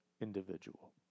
individual